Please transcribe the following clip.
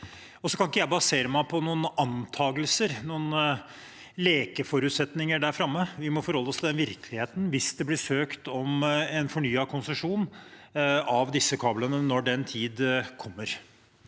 så kan ikke jeg basere meg på antakelser eller noen lekeforutsetninger der framme. Vi må forholde oss til den virkeligheten, hvis det blir søkt om en fornyet konsesjon av disse kablene, når den tid kommer.